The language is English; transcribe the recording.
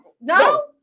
no